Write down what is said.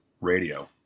radio